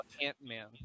Ant-Man